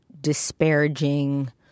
disparaging